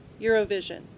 Eurovision